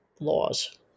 laws